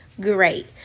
great